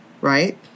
right